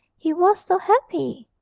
he was so happy.